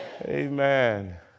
Amen